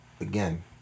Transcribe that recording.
again